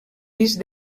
disc